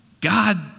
God